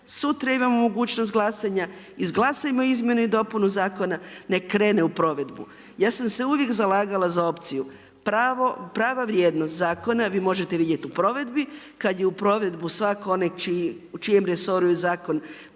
sutra imamo mogućnost glasanja, izglasajmo izmjenu i dopunu zakona, nek' krene u provedbu. Ja sam se uvijek zalagala za opciju prava vrijednost zakona vi možete vidjeti u provedbi kad je u provedbu svako onaj u čijem resoru je zakon,